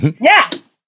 Yes